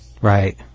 Right